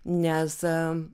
nes am